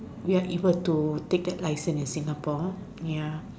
we are able to take that license in Singapore